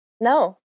No